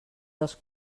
dels